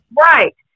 Right